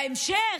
בהמשך,